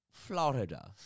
Florida